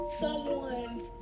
someone's